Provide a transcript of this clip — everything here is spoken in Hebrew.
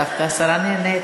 דווקא השרה נהנית.